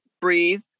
breathe